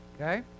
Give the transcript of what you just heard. okay